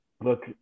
Look